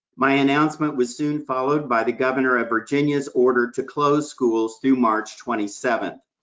my announcement was soon followed by the governor of virginia's order to close schools through march twenty seventh.